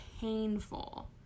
painful